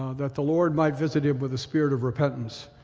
ah that the lord might visit him with a spirit of repentance,